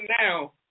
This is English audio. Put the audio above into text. now